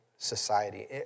society